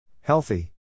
Healthy